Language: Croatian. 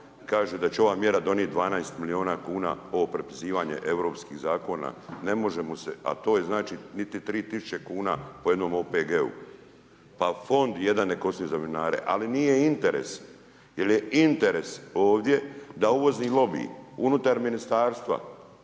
kaže da će ova mjera donijeti 12 milijuna kuna ovo prepisivanje europskih zakona, ne možemo se, a to je znači niti 3 tisuće kuna po jednom OPG-u. Pa fond jedan neka ostane za vinare ali nije interes jer je interes ovdje da uvozni lobiji unutar ministarstva